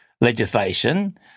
legislation